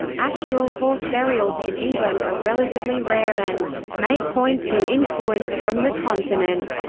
actual horse burials in england are relatively rare and may point to influence from the continent.